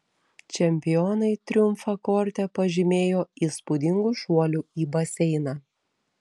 čempionai triumfą korte pažymėjo įspūdingu šuoliu į baseiną